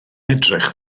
edrych